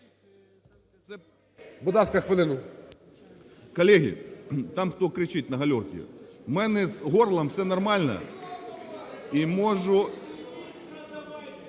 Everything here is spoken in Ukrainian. Колеги, там хто кричить на гальорке, в мене з горлом все нормально і можу...